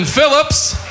Phillips